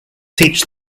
teach